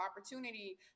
opportunity